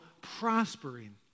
prospering